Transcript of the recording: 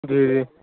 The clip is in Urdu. جی جی